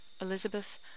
Elizabeth